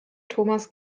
thomas